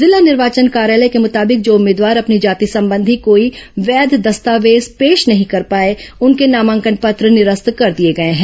जिला निर्वाचन कार्यालय के मुताबिक जो उम्मीदवार अपनी जाति संबंधी कोई वैध दस्तावेज पेश नहीं कर पाए उनके नामांकन पत्र निरस्ता कर दिए गए हैं